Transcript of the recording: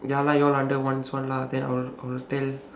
ya lah you all under one's [one] lah then I will I will tell